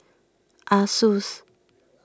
Asus